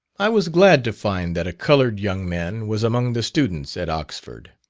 i was glad to find that a coloured young man was among the students at oxford.